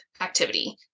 activity